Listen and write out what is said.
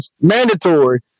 mandatory